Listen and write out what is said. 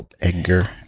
Edgar